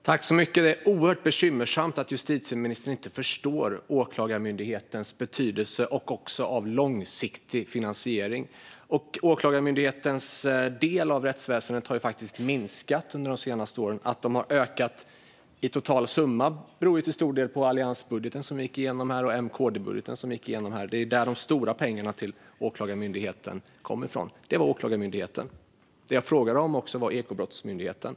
Fru talman! Det är mycket bekymmersamt att justitieministern inte förstår Åklagarmyndighetens behov av långsiktig finansiering. Åklagarmyndighetens del av rättsväsendet har faktiskt minskat under senare år. Att man har ökat i total summa beror till stor del på alliansbudgeten och MKD-budgeten som gick igenom här. Det var här de stora pengarna till Åklagarmyndigheten fanns. Jag frågade också om Ekobrottsmyndigheten.